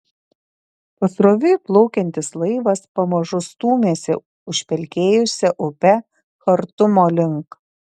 pasroviui plaukiantis laivas pamažu stūmėsi užpelkėjusia upe chartumo link